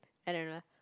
I don't know